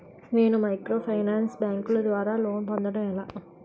నేను మైక్రోఫైనాన్స్ బ్యాంకుల ద్వారా లోన్ పొందడం ఎలా?